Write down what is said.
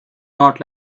not